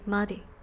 Muddy 。